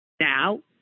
Now